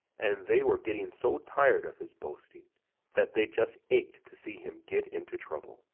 and they were getting so tired of his boasting that they just ached to see him get into trouble.